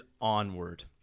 Onward